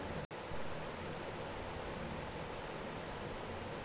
এখুল সব কিসু যে ইন্টারলেটে হ্যয় তার জনহ এগুলা লাগে